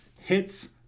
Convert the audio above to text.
hits